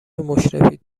مشرفید